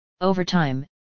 overtime